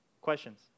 Questions